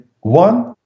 one